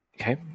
Okay